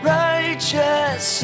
righteous